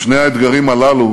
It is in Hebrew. שני האתגרים הללו